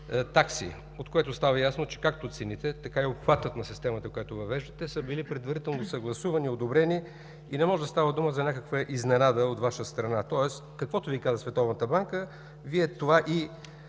от което става ясно, че както цените, така и обхватът на системата, която въвеждате, са били предварително съгласувани, одобрени и не може да става дума за някаква изненада от Ваша страна. Тоест, каквото Ви каза Световната банка, това и